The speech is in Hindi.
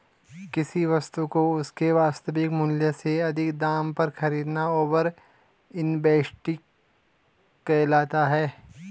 किसी वस्तु को उसके वास्तविक मूल्य से अधिक दाम पर खरीदना ओवर इन्वेस्टिंग कहलाता है